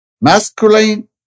Masculine